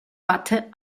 watte